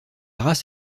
race